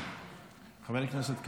חבר הכנסת כץ,